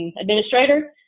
administrator